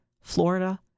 Florida